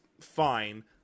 fine